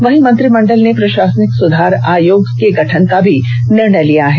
वहीं मंत्रिमंडल ने प्रशासनिक सुधार आयोग के गठन का भी निर्णय लिया है